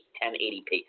1080p